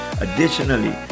Additionally